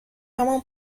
همان